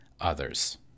others